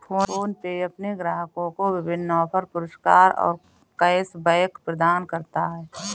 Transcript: PhonePe अपने ग्राहकों को विभिन्न ऑफ़र, पुरस्कार और कैश बैक प्रदान करता है